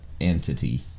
entity